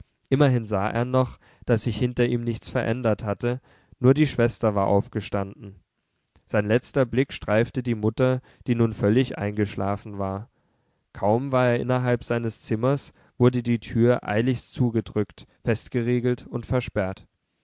immerhin sah er noch daß sich hinter ihm nichts verändert hatte nur die schwester war aufgestanden sein letzter blick streifte die mutter die nun völlig eingeschlafen war kaum war er innerhalb seines zimmers wurde die tür eiligst zugedrückt festgeriegelt und versperrt